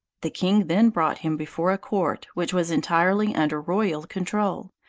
the king then brought him before a court which was entirely under royal control,